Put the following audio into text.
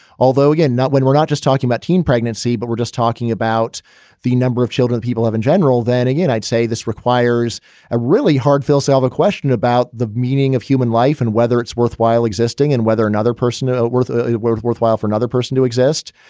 although again, not when we're not just talking about teen pregnancy, but we're just talking about the number of children people have in general. then again, i'd say this requires a really hard phil salvor question about the meaning of human life and whether it's worthwhile existing and whether another person's ah worth worth worthwhile for another person to exist.